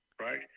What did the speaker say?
right